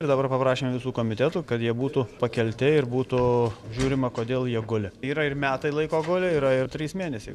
ir dabar paprašėm visų komitetų kad jie būtų pakelti ir būtų žiūrima kodėl jie guli yra ir metai laiko hole yra ir trys mėnesiai